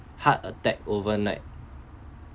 heart attack overnight